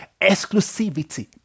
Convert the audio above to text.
Exclusivity